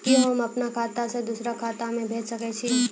कि होम आप खाता सं दूसर खाता मे भेज सकै छी?